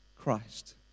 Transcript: Christ